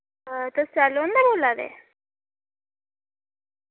तुस सैलून दा बोल्ला दे